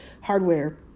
hardware